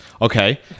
okay